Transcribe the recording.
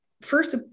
first